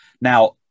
Now